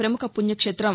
పముఖ పుణ్యక్షేత్రం